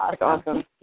awesome